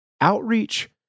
outreach